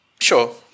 Sure